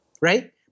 right